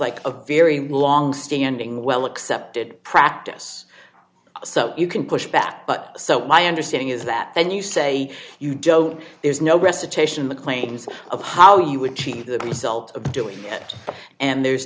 like a very long standing well accepted practice so you can push back but so my understanding is that then you say you don't there's no recitation maclean's of how you would change the result of doing it and there's